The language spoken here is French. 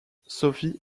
sophie